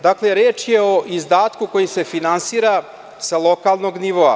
Dakle, reč je o izdatku koji se finansira sa lokalnog nivoa.